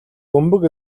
бөмбөг